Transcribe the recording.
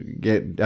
get